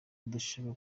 udashaka